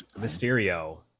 Mysterio